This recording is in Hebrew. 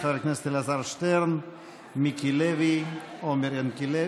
חבר הכנסת אלעזר שטרן, מיקי לוי, עומר ינקלביץ'.